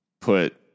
put